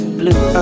blue